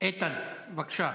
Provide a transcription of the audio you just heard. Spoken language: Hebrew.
איתן, בבקשה.